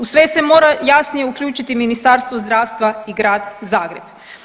U sve se mora jasnije uključiti Ministarstvo zdravstva i grad Zagreb.